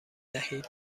دهید